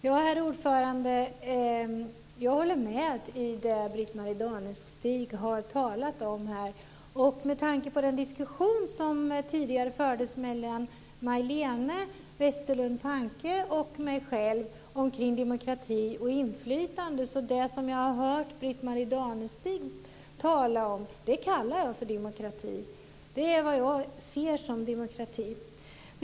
Herr talman! Jag håller med om det som Britt Marie Danestig har talat om här. Med tanke på den diskussion som tidigare fördes mellan Majléne Westerlund Panke och mig själv kring demokrati och inflytande vill jag säga att det som jag har hört Britt Marie Danestig tala om - det kallar jag för demokrati. Det är vad jag ser som demokrati.